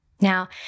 Now